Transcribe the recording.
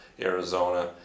Arizona